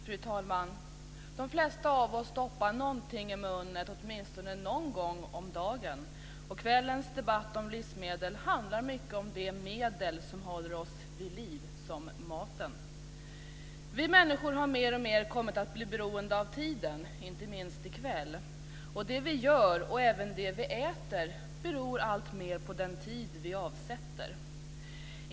Fru talman! Vi stoppar alla någonting ätbart i munnen åtminstone någon gång om dagen. Kvällens debatt om livsmedel handlar om de medel som håller oss vid liv, dvs. maten. Vi människor har mer och mer kommit att bli beroende av tiden - inte minst i kväll. Det som vi gör och även det som vi äter beror alltmer av den tid vi avsätter.